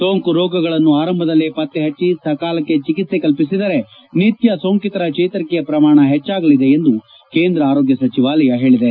ಸೋಂಕು ರೋಗಗಳನ್ನು ಆರಂಭದಲ್ಲೇ ಪತ್ತೆಹಚ್ಚಿ ಸಕಾಲಕ್ಷೆ ಚಿಕಿತ್ಸೆ ಕಲ್ಲಿಸಿದರೆ ನಿತ್ನ ಸೋಂಕಿತರ ಚೇತರಿಕೆಯ ಪ್ರಮಾಣ ಹೆಚ್ಚಾಗಲಿದೆ ಎಂದು ಕೇಂದ್ರ ಆರೋಗ್ನ ಸಚಿವಾಲಯ ಹೇಳದೆ